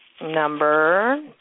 Number